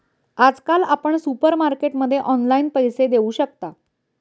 आजकाल आपण सुपरमार्केटमध्ये ऑनलाईन पैसे देऊ शकता